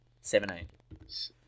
Seven-eight